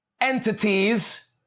entities